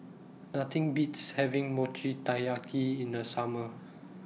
Nothing Beats having Mochi Taiyaki in The Summer